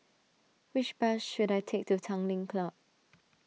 which bus should I take to Tanglin Club